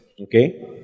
Okay